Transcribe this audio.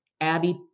Abby